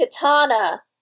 Katana